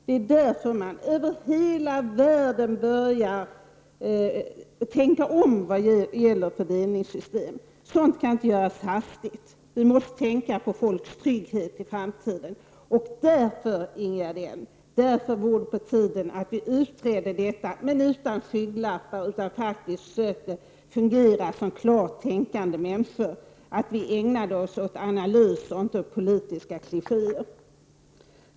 Det är därför man över hela världen börjar tänka om vad gäller fördelningssystem. Sådant kan inte göras hastigt. Vi måste tänka på människors trygghet i framtiden. Därför, Ingegerd Elm, vore det på tiden att vi utredde detta, men utan skygglappar. Vi borde försöka fungera som klart tänkande människor, ägna oss åt analys och inte åt politiska klichéer.